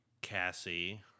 Cassie